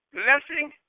blessing